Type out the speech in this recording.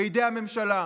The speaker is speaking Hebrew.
בידי הממשלה.